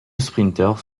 sprinteurs